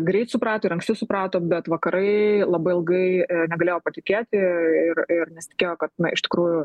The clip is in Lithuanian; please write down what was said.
greit suprato ir anksti suprato bet vakarai labai ilgai negalėjo patikėti ir ir nesitikėjo kad iš tikrųjų